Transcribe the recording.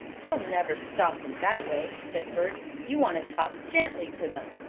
you'll never stop them that way, said bert. you want to talk gently to them.